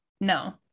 No